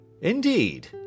Indeed